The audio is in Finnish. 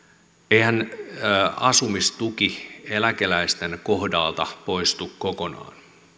eihän asumistuki eläkeläisten kohdalta poistu kokonaan